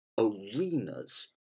arenas